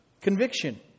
Conviction